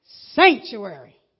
sanctuary